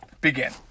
begin